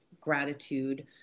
gratitude